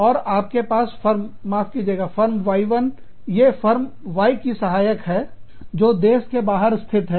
और आपके पास फर्म माफ कीजिएगा फर्म Y1 ये फर्म Y सहायक है जो देश के बाहर स्थित है